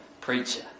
preacher